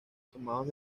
tomados